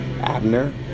Abner